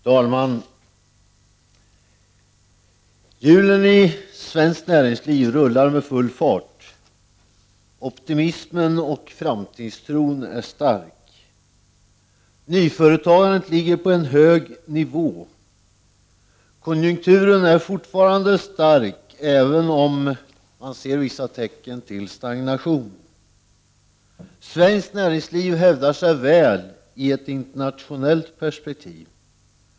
Herr talman! Hjulen i svenskt näringsliv rullar med full fart. Optimismen 47 och framtidstron är stark. Nyföretagandet ligger på en hög nivå. Konjunktu ren är fortfarande stark, även om man ser vissa tecken på en stagnation. Svenskt näringsliv hävdar sig väl i ett internationellt perspektiv.